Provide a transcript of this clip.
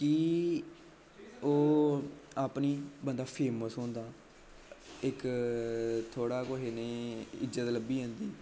कि ओह् अपनी बंदा फेमस होंदा इक थोह्ड़ा कोहै नेही इज्जत लब्भी जंदी